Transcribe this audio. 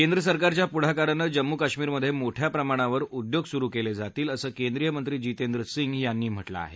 केंद्रसरकारच्या पुढकारानं जम्मू कश्मीरमधे मोठ्या प्रमाणावर उद्योग सुरु केले जातील असं केंद्रीय मंत्री जितेंद्र सिंग यांनी म्हटलं आहे